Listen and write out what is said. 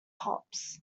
hops